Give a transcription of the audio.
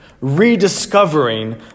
rediscovering